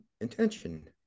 intention